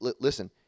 Listen